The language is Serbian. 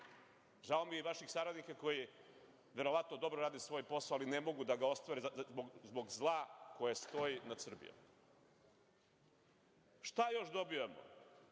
Žao mi je i vaših sardnika koji verovatno dobro rade svoj posao, ali ne mogu da ga ostvare zbog zla koje stoji nad Srbijom. Šta još dobijamo?